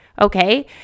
Okay